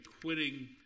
quitting